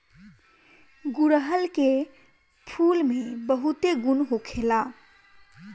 गुड़हल के फूल में बहुते गुण होखेला